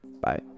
Bye